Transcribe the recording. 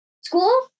School